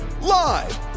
Live